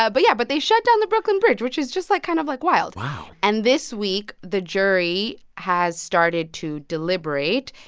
ah but yeah. but they shut down the brooklyn bridge, which is just, like, kind of, like, wild wow and this week, the jury has started to deliberate.